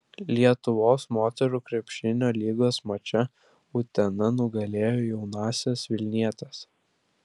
lietuvos moterų krepšinio lygos mače utena nugalėjo jaunąsias vilnietes